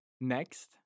Next